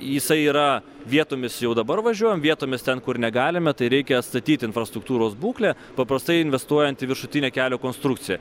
jisai yra vietomis jau dabar važiuojam vietomis ten kur negalime tai reikia atstatyti infrastruktūros būklę paprastai investuojant į viršutinę kelio konstrukciją